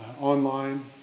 online